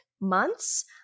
months